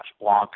Blanc